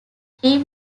three